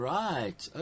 right